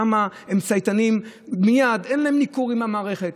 שם הם צייתנים מייד, אין להם ניכור מהמערכת.